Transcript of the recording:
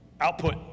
output